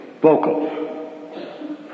vocal